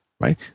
right